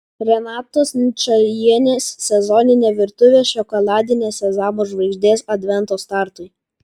renatos ničajienės sezoninė virtuvė šokoladinės sezamų žvaigždės advento startui